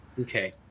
Okay